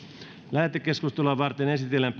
lähetekeskustelua varten esitellään